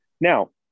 Now